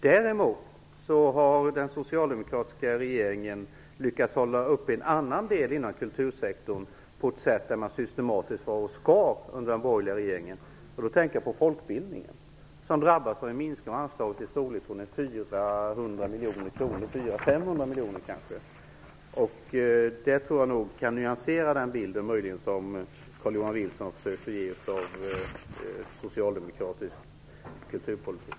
Däremot har den socialdemokratiska regeringen lyckats hålla uppe en annan del inom kultursektorn, där man systematiskt skar under den borgerliga regeringen. Jag tänker då på folkbildningen som drabbades av en minskning av anslaget i storleksordningen 400-500 miljoner kronor. Det tycker jag kan nyansera den bild Carl-Johan Wilson försökte ge av socialdemokratisk kulturpolitik.